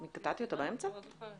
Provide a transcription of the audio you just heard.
אני רוצה לשתף את היושבת ראש בתהליך שעברנו,